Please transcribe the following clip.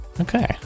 Okay